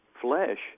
flesh